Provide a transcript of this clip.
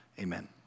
amen